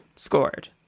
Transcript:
Scored